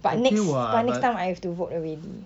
but next but next time I have to vote already